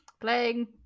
Playing